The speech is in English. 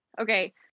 Okay